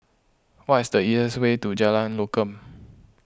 what is the easiest way to Jalan Lokam